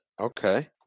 Okay